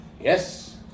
Yes